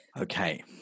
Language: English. Okay